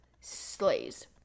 slays